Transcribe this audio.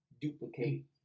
duplicate